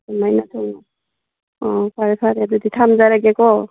ꯑꯗꯨꯃꯥꯏꯅ ꯁꯨꯝ ꯑꯣ ꯐꯔꯦ ꯐꯔꯦ ꯑꯗꯨꯗꯤ ꯊꯝꯖꯔꯒꯦꯀꯣ